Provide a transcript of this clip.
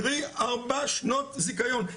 קרי ארבע שנות זיכיון.